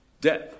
death